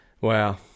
Wow